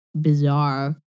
bizarre